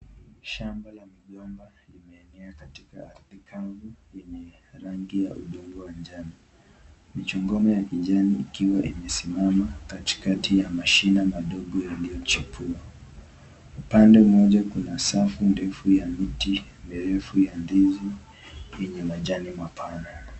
Shamba la migomba limeenea katika ardhi kando yenye rangi ya udongo wa njano. Michogombe ya kijani ikiwa imesimama katikati ya mashina madogo yaliyochipua. Upande mmoja kuna safu ndefu ya miti mirefu ya ndizi yenye majani mapana.